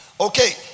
Okay